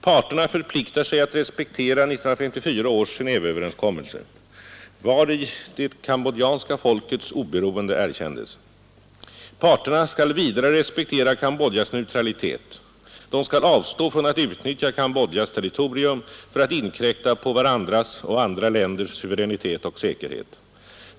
Parterna förpliktar sig att respektera 1954 års Genéveöverenskommelse, vari det kambodjanska folkets oberoende erkändes. Parterna skall vidare respektera Cambodjas neutralitet. De skall avstå från att utnyttja Cambodjas territorium för att inkräkta på varandras och andra länders suveränitet och säkerhet.